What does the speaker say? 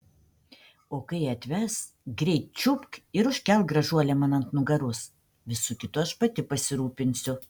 o kai atves greit čiupk ir užkelk gražuolę man ant nugaros visu kitu aš pati pasirūpinsiu